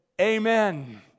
Amen